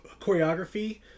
choreography